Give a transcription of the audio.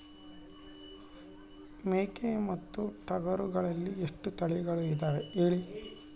ಮೇಕೆ ಮತ್ತು ಟಗರುಗಳಲ್ಲಿ ಎಷ್ಟು ತಳಿಗಳು ಇದಾವ ಹೇಳಿ?